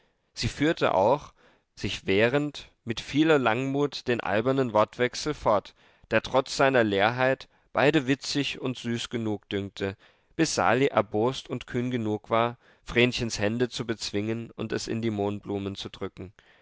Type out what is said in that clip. sie führte auch sich wehrend mit vieler langmut den albernen wortwechsel fort der trotz seiner leerheit beide witzig und süß genug dünkte bis sali erbost und kühn genug war vrenchens hände zu bezwingen und es in die mohnblumen zu drücken